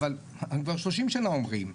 אבל כבר 30 שנים אומרים.